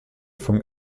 funk